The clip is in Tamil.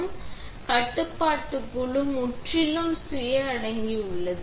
முதலாவதாக இது சிறிய கட்டுப்பாட்டு குழு முற்றிலும் சுய அடங்கியுள்ளது